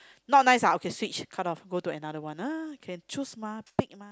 not nice ah okay switch cut off go to another one ah can choose mah pick mah